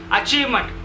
achievement